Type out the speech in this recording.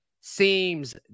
seems